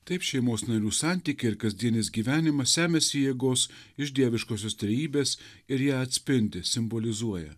taip šeimos narių santykiai ir kasdienis gyvenimas semiasi jėgos iš dieviškosios trejybės ir ją atspindi simbolizuoja